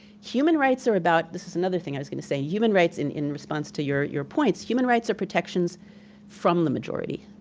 human rights are about, this is another thing i was gonna say, human rights in in response to your your points, human rights are protections from the majority.